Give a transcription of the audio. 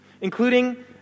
Including